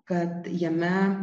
kad jame